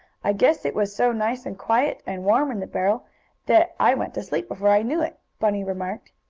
i guess it was so nice and quiet and warm in the barrel that i went to sleep before i knew it, bunny remarked.